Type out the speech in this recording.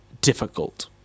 difficult